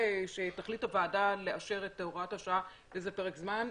אם תחליט הוועדה לאשר את הוראת השעה לפרק זמן,